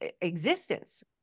existence